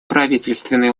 правительственные